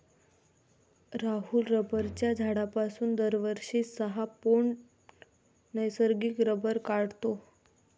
राहुल रबराच्या झाडापासून दरवर्षी सहा पौंड नैसर्गिक रबर काढतो